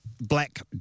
Black